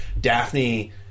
Daphne